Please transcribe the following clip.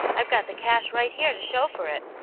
i've got the cash right here to show for it,